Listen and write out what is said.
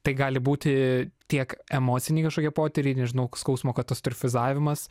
tai gali būti tiek emociniai kažkokie potyriai nežinau skausmo katastrofizavimas